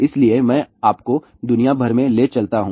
इसलिए मैं आपको दुनिया भर में ले चलता हूँ